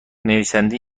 نویسنده